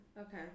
Okay